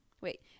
Wait